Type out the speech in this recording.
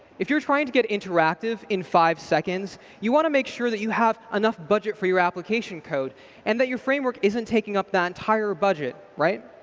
if you're trying to get interactive in five seconds, you want to make sure that you have enough budget for your application code and that your framework isn't taking up that entire budget, right?